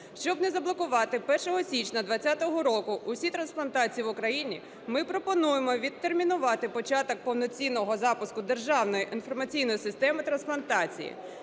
Щоб не заблокувати 1 січня 20-го року усі трансплантації в Україні, ми пропонуємо відтермінувати початок повноцінного запуску Державної інформаційної системи трансплантації.